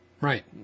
right